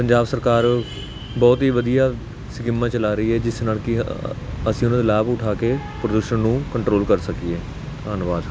ਪੰਜਾਬ ਸਰਕਾਰ ਬਹੁਤ ਹੀ ਵਧੀਆ ਸਕੀਮਾਂ ਚਲਾ ਰਹੀ ਹੈ ਜਿਸ ਨਾਲ ਕਿ ਅਸੀਂ ਉਹਨਾਂ ਦੇ ਲਾਭ ਉਠਾ ਕੇ ਪ੍ਰਦਰਸ਼ਨ ਨੂੰ ਕੰਟਰੋਲ ਕਰ ਸਕੀਏ ਧੰਨਵਾਦ